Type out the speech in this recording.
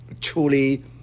truly